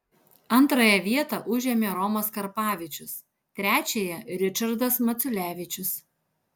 antrąją vietą užėmė romas karpavičius trečiąją ričardas maculevičius